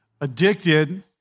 addicted